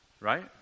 right